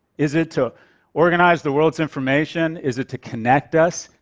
is it to organize the world's information? is it to connect us?